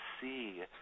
see